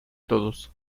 todos